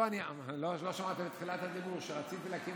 לא שמעת בתחילת הדיבור שאמרתי שרציתי להקים